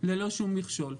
ללא שום מכשול.